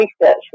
research